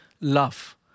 love